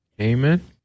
Amen